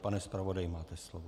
Pane zpravodaji, máte slovo.